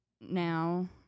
now